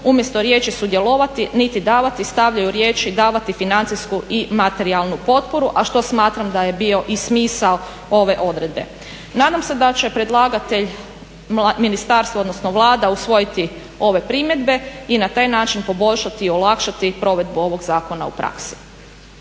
umjesto riječi sudjelovati niti davati stavljaju riječi "davati financijsku i materijalnu potporu" a što smatram da je bio i smisao ove odredbe. Nadam se da će predlagatelj, ministarstvo, odnosno Vlada usvojiti ove primjedbe i na taj način poboljšati i olakšati provedbu ovog zakona u praksi.